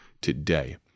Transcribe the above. today